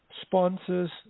sponsors